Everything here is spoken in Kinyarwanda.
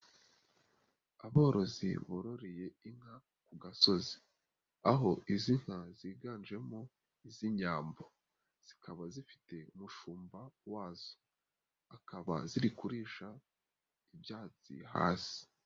Aborozi bororeye inka ku gasozi, aho izi nka ziganjemo iz'inyambo, zikaba zifite umushumba wazo, akaba ziri kurisha ibyatsi hasi.